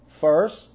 First